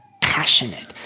passionate